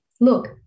Look